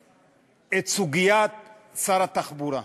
סוגיית שר התחבורה,